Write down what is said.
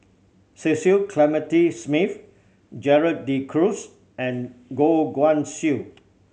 Cecil Clementi Smith Gerald De Cruz and Goh Guan Siew